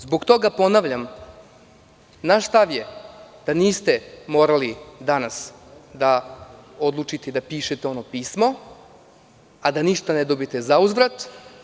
Zbog toga ponavljam – naš stav je da niste morali danas da odlučite i da pišete ono pismo, a da ništa ne dobijete zauzvrat.